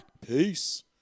Peace